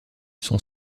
son